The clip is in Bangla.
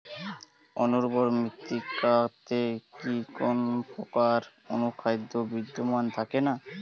অনুর্বর মৃত্তিকাতে কি কোনো প্রকার অনুখাদ্য বিদ্যমান থাকে না?